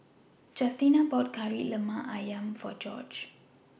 Justina bought Kari Lemak Ayam For Gorge